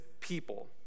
people